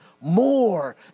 more